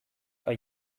are